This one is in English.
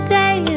day